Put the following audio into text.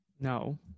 No